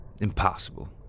Impossible